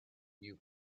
you